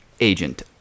Agent